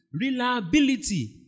reliability